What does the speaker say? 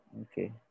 Okay